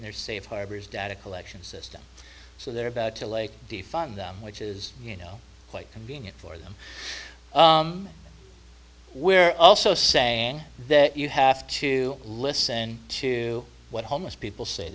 in their safe harbors data collection system so they're about to lay defund them which is you know quite convenient for them we're also saying that you have to listen to what homeless people say